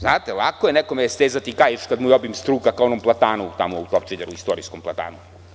Znate, lako je nekome stezati kaiš kada mu je obim struka kao onom platanu na Topčideru, istorijskom platanu.